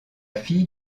fille